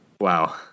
Wow